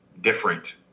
different